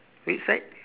which side